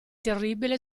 terribile